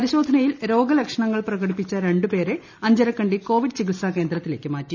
പരിശോധനയിൽ രോഗ ലക്ഷണങ്ങൾ പ്രകടിപ്പിച്ച രണ്ടുപേരെ അഞ്ചരക്കണ്ടി കോവിഡ് ചികിത്സാ കേന്ദ്രത്തിലേക്ക് മാറ്റി